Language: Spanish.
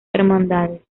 hermandades